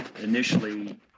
initially